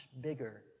bigger